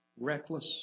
Reckless